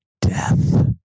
death